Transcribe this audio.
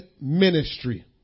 ministry